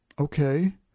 okay